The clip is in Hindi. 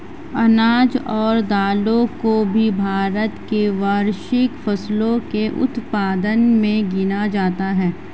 अनाज और दालों को भी भारत की वार्षिक फसलों के उत्पादन मे गिना जाता है